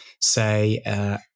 say